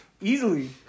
Easily